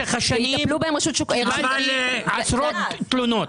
במשך השנים אני קיבלתי עשרות תלונות.